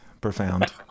profound